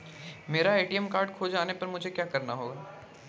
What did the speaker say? मेरा ATM card खो जाने पर मुझे क्या करना होगा?